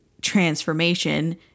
transformation